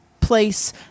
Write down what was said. place